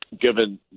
given